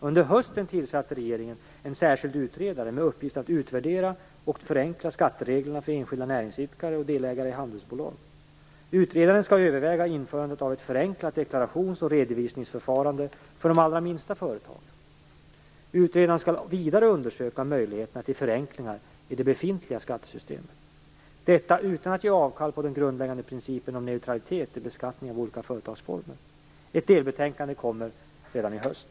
Under hösten tillsatte regeringen en särskild utredare med uppgift att utvärdera och förenkla skattereglerna för enskilda näringsidkare och delägare i handelsbolag. Utredaren skall överväga införandet av ett förenklat deklarations och redovisningsförfarande för de allra minsta företagen. Utredaren skall vidare undersöka möjligheterna till förenklingar i det befintliga skattesystemet, detta utan att ge avkall på den grundläggande principen om neutralitet i beskattningen av olika företagsformer. Ett delbetänkande kommer redan i höst.